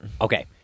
Okay